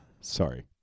Sorry